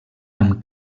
amb